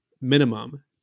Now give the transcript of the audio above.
minimum